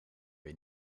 een